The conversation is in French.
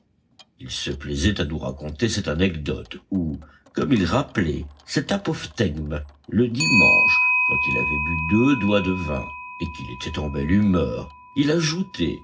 il se plaisait à nous raconter cette anecdote ou comme il rappelait cet apophtegme le dimanche quand il avait bu deux doigts de vin et qu'il était en belle humeur il ajoutait